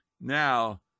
Now